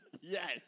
Yes